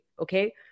Okay